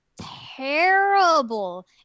terrible